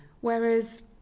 Whereas